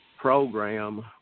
program